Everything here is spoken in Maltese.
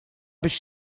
biex